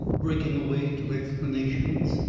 breaking away to explanations.